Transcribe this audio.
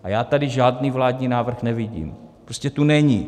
A já tady žádný vládní návrh nevidím, prostě tu není.